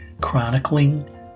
chronicling